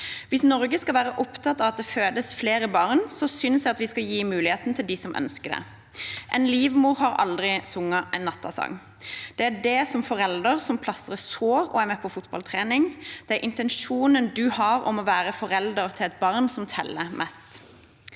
Norge skal være opptatt av at det fødes flere barn, så synes jeg vi skal gi muligheten til de som ønsker det. En livmor har aldri sunget en nattasang. Det er deg som forelder som plastrer sår og er med på fotballtrening. Det er intensjonen du har om å være forelder til et barn som teller mest.»